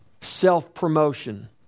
Self-promotion